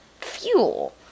fuel